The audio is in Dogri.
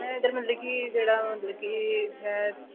में इत्थें मतलब की जेह्ड़ा कि इत्थें